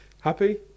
happy